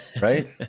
right